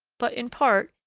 but, in part,